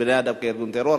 חבר בני-אדם כארגון טרור,